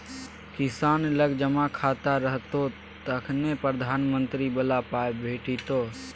किसान लग जमा खाता रहतौ तखने प्रधानमंत्री बला पाय भेटितो